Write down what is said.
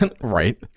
Right